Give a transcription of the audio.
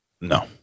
No